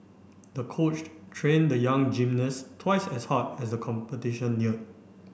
the coach trained the young gymnast twice as hard as the competition neared